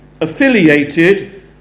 affiliated